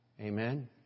Amen